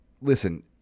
listen